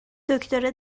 دکتره